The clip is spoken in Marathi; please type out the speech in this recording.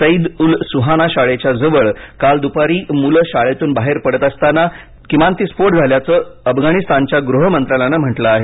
सैद उल सुहाना शाळेच्या जवळ काल दुपारी मुलं शाळेतून बाहेर पडत असताना किमान तीन स्फोट झाल्याचं अफगाणिस्तानच्या गृह मंत्रालयानं म्हटलं आहे